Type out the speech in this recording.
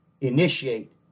initiate